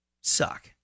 suck